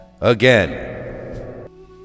again